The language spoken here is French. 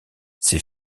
ses